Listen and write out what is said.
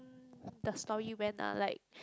the story went uh like